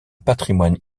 patrimoine